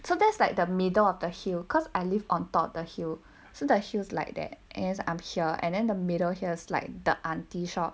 so that's like the middle of the hill cause I live on top of the hill so the hill's like that and I'm here and then the middle here's like the aunty shop